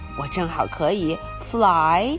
我正好可以fly